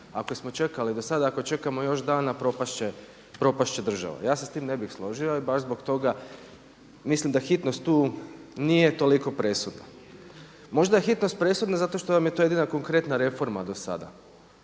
ako smo čekali do sada, ako čekamo još dan propast će država. Ja se s tim ne bih složio i baš zbog toga mislim da hitnost tu nije toliko presudna. Možda je hitnost presudna zato što vam je to jedina konkretna reforma do sada,